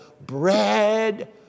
bread